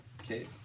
okay